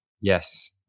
Yes